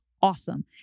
awesome